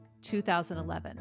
2011